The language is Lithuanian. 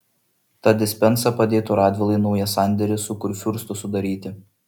ta dispensa padėtų radvilai naują sandėrį su kurfiurstu sudaryti